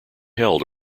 held